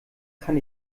kann